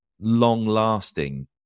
long-lasting